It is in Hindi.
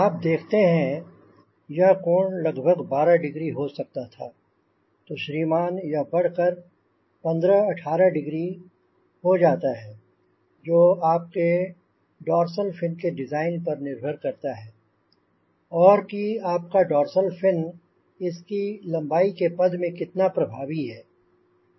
आप देखते हैं यह कोण लगभग 12 डिग्री हो सकता था तो श्रीमान यह बढ़कर 15 18 डिग्री हो जाता है जो आपके डोर्सल फिन के डिजाइन पर निर्भर करता है और कि आपका डोर्सल फिन इसकी लंबाई के पद में कितना प्रभावी है